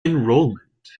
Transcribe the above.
enrollment